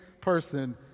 person